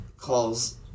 calls